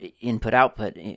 input-output